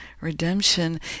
redemption